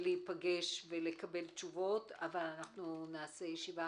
להיפגש ולקבל תשובות, אבל אנחנו נעשה ישיבה